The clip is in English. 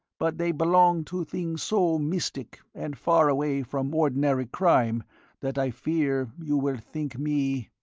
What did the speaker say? but they belong to things so mystic and far away from ordinary crime that i fear you will think me,